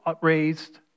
raised